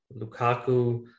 lukaku